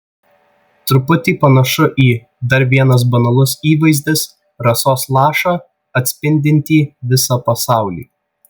truputį panašu į dar vienas banalus įvaizdis rasos lašą atspindintį visą pasaulį